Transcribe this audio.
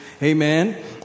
Amen